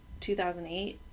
2008